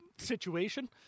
situation